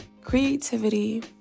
creativity